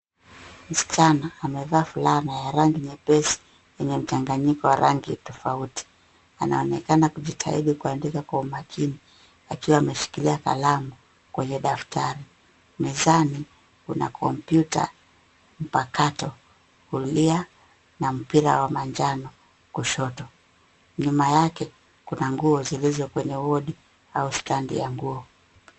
Msichana amevaa fulana ya rangi nyepesi yenye mchanganyiko wa rangi tofauti. Anaonekana kujitahidi kuandika kwa umakini akiwa ameshikilia kalamu kwenye daftari. Mezani kuna kompyuta mpakato kulia na mpira wa manjano kushoto. Nyuma yake kuna nguo zilizo kwenye wodi au stadi ya nguo.